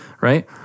right